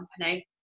company